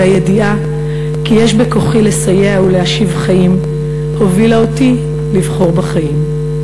והידיעה כי יש בכוחי לסייע ולהשיב חיים הובילה אותי לבחור בחיים.